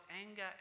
anger